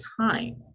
time